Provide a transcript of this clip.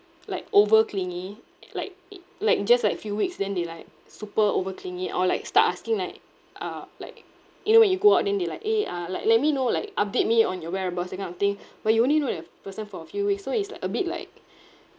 like over clingy like it like just like few weeks then they like super over clingy or like start asking like uh like you know when you go out then they like eh uh like let me know like update me on your whereabouts that kind of thing where you only know the person for a few weeks so it's like a bit like